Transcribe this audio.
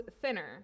thinner